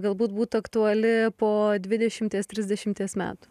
galbūt būt aktuali po dvidešimties trisdešimties metų